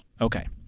Okay